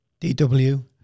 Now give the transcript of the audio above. DW